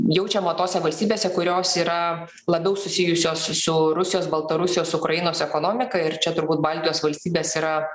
jaučiama tose valstybėse kurios yra labiau susijusios su rusijos baltarusijos ukrainos ekonomika ir čia turbūt baltijos valstybės yra